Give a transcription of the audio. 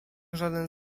żaden